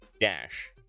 Dash